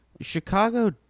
Chicago